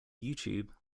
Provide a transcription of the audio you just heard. youtube